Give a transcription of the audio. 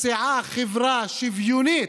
חברה שוויונית,